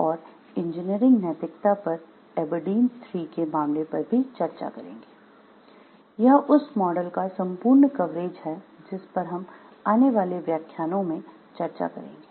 और इंजीनियरिंग नैतिकता पर एबरडीन 3 के मामले पर चर्चा भी करेंगे यह उस मॉडल का संपूर्ण कवरेज है जिस पर हम आने वाले व्याख्यानों में चर्चा करेंगे